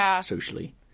socially